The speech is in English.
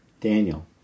Daniel